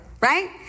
right